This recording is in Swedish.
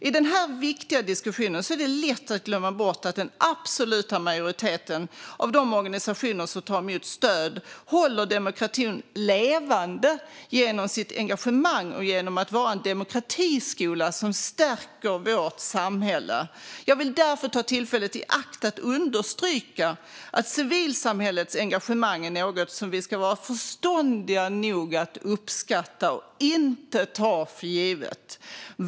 I denna viktiga diskussion är det lätt att glömma att den absoluta majoriteten av de organisationer som tar emot stöd håller demokratin levande genom sitt engagemang och genom att vara en demokratiskola som stärker vårt samhälle. Jag vill därför ta tillfället i akt att understryka att civilsamhällets engagemang är något som vi ska vara förståndiga nog att uppskatta och inte ta för givet.